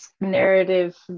narrative